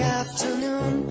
afternoon